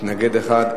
מתנגד אחד,